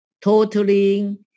totaling